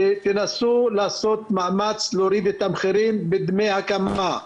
תנסו לעשות מאמץ להוריד את המחירים בדמי הקמה.